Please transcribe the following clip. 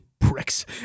pricks